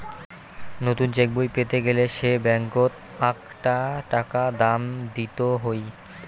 নতুন চেকবই পেতে গেলে সে ব্যাঙ্কত আকটা টাকা দাম দিত হই